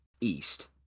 East